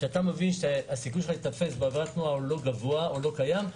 כשאתה מבין שהסיכוי שלך להיתפס בעבירת תנועה הוא לא גבוה או לא קיים,